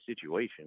situation